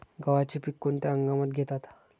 गव्हाचे पीक कोणत्या हंगामात घेतात?